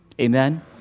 Amen